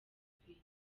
atwite